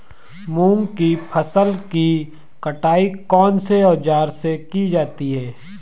मूंग की फसल की कटाई कौनसे औज़ार से की जाती है?